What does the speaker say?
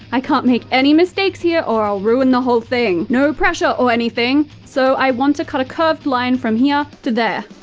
i can't make any mistakes here or i'll ruin the whole thing. no pressure or anything. so i want to cut a curved line from here to there.